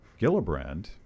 Gillibrand